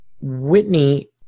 Whitney